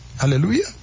Hallelujah